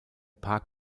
park